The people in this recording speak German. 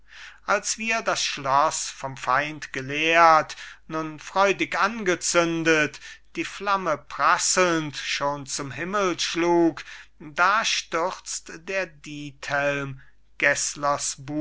als wir das schloss vom feind geleert nun freudig angezündet die flamme prasselnd schon zum himmel schlug da stürzt der